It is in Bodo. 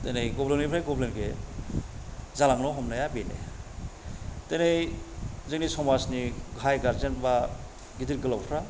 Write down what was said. दिनै गुबुंलेनिफ्राय गुबुंले जालांनो हमनाया बेनो दोनै जोंनि समाजनि गाहाय गारजेन बा गिदिर गोलावफ्रा